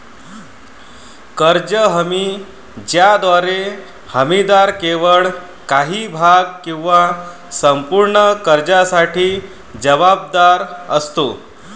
कर्ज हमी ज्याद्वारे हमीदार केवळ काही भाग किंवा संपूर्ण कर्जासाठी जबाबदार असतो